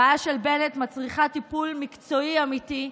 הבעיה של בנט מצריכה טיפול מקצועי אמיתי,